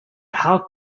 how